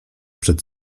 przed